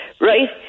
right